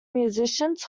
musicians